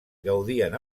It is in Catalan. gaudien